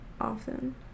often